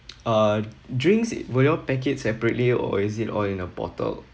uh drinks will you all package separately or is it all in a bottle